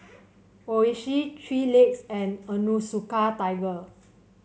Oishi Three Legs and Onitsuka Tiger